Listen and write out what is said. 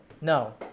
no